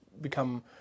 become